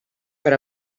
per